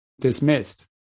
dismissed